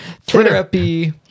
therapy